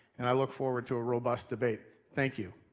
and i look forward to a robust debate. thank you.